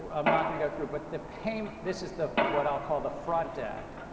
i'm not going to go through, but the paym this is the what i'll call the front end.